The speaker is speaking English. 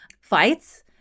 fights